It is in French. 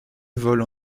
vole